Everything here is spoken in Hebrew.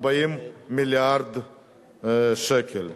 40 מיליארד שקל.